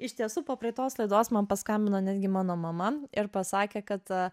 iš tiesų po praeitos laidos man paskambino netgi mano mama ir pasakė kad